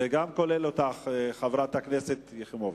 זה גם כולל אותך, חברת הכנסת יחימוביץ.